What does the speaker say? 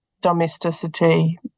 domesticity